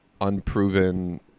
unproven